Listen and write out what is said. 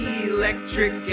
electric